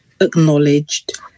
acknowledged